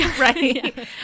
right